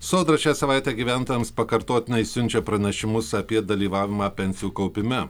sodra šią savaitę gyventojams pakartotinai siunčia pranešimus apie dalyvavimą pensijų kaupime